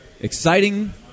exciting